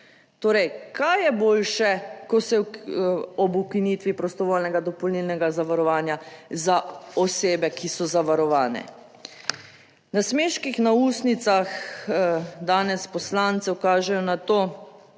Torej, kaj je boljše, ko se ob ukinitvi prostovoljnega dopolnilnega zavarovanja za osebe, ki so zavarovane. Nasmeški na ustnicah danes poslancev kažejo na to,